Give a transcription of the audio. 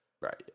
Right